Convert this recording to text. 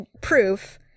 proof